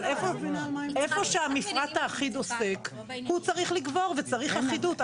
אבל איפה שהמפרט האחיד עוסק הוא צריך לגבור וצריך אחידות.